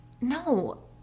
no